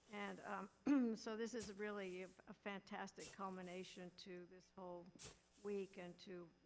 and so this is a really a fantastic culmination to this whole week and to,